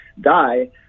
die